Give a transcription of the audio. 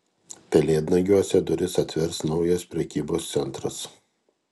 pelėdnagiuose duris atvers naujas prekybos centras